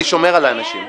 אני שומר על האנשים.